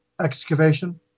excavation